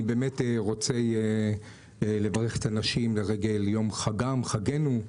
אני באמת רוצה לברך את הנשים לרגל יום חגן חגינו,